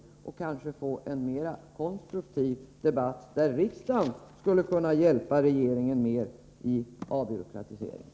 Därmed skulle vi kanske kunna få en mera konstruktiv debatt, och riksdagen skulle kunna hjälpa regeringen mer när det gäller avbyråkratiseringen.